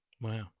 wow